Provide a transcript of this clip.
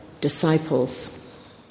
disciples